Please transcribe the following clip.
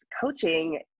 coaching